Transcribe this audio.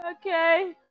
Okay